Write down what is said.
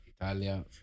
Italia